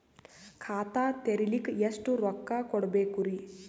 ಖಾತಾ ತೆರಿಲಿಕ ಎಷ್ಟು ರೊಕ್ಕಕೊಡ್ಬೇಕುರೀ?